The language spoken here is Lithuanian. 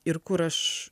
ir kur aš